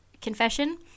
confession